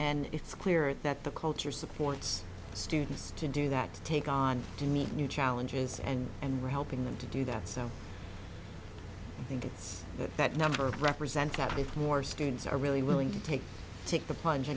and it's clear that the culture supports students to do that to take on to meet new challenges and and we're helping them to do that so i think that number represents that if more students are really willing to take take the plung